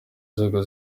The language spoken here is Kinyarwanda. nzego